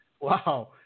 Wow